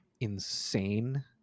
insane